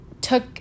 took